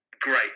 great